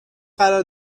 قرار